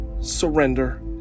surrender